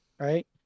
Right